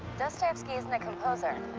dostoyevsky isn't a composer.